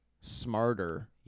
smarter